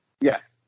Yes